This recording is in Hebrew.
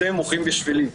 אתם מוחים בשבילי,